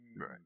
Right